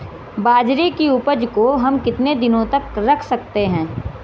बाजरे की उपज को हम कितने दिनों तक रख सकते हैं?